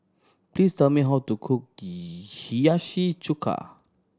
please tell me how to cook Hiyashi Chuka